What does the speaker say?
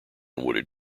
wooded